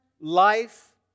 life